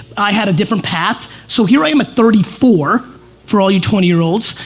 i had a different path. so here i am at thirty four for all you twenty year olds,